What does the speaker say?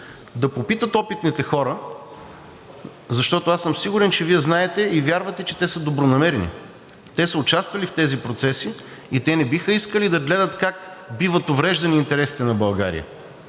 да попитат опитните хора, защото аз съм сигурен, че Вие знаете и вярвате, че те са добронамерени. Те са участвали в тези процеси и те не биха искали да гледат как биват увреждани интересите на България.